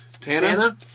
Tana